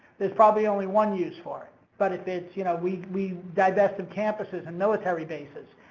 there's probably only one use for it. but if it's, you know we we divested campuses and military bases.